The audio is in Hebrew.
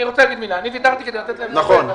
אני מתחבר לדבריו של מאיר כהן.